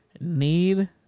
Need